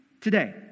today